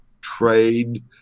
trade